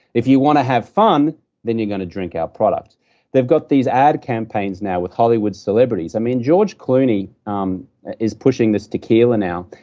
if you want to have fun then you're going to drink our product they've got these ad campaigns now with hollywood celebrities. i mean, george clooney um is pushing this tequila now,